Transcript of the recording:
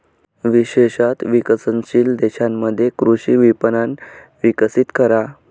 विशेषत विकसनशील देशांमध्ये कृषी विपणन विकसित करा